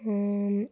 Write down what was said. ಹೂನ್